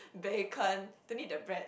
bacon don't need the bread